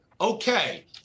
okay